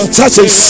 touching